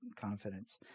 confidence